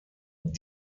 dod